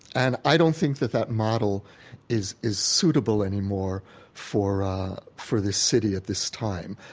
and i don't think that that model is is suitable anymore for for this city at this time.